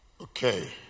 Okay